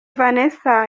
vanessa